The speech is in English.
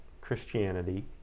Christianity